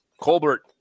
Colbert